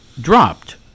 dropped